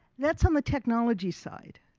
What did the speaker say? that's on the technology side.